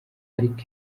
ariko